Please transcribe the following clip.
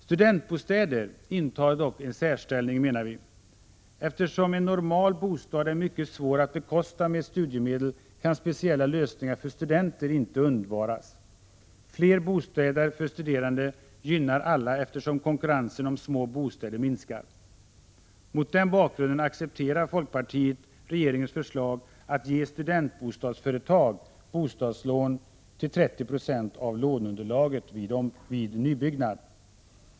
Studentbostäder intar dock en särställning, menar vi. Eftersom det är mycket svårt att med studiemedel bekosta en normal bostad kan speciella lösningar för studenter inte undvaras. Fler bostäder för studerande gynnar alla, eftersom konkurrensen om små bostäder minskar. Mot den bakgrunden accepterar folkpartiet regeringens förslag att ge studentbostadsföretag bostadslån till 30 96 av låneunderlaget vid nybyggnad.